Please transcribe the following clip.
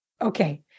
okay